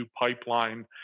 pipeline